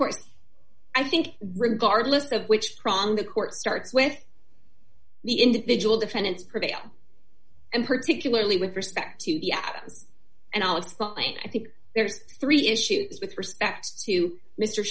course i think regardless of which strong the court starts with the individual defendants prevail and particularly with respect to the adams and all its law and i think there's three issues with respect to mr